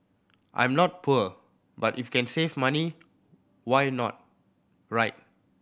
I'm not poor but if can save money why not right